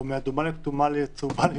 או מאדומה לכתומה או לצהובה,